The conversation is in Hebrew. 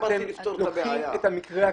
אתם לוקחים את המקרה הקיצון,